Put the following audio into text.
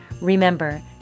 Remember